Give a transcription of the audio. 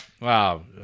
Wow